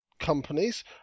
companies